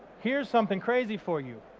here's something crazy for you.